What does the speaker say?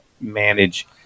manage